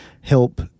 help